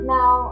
Now